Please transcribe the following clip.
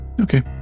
Okay